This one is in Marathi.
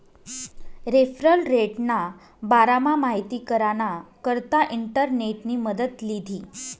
रेफरल रेटना बारामा माहिती कराना करता इंटरनेटनी मदत लीधी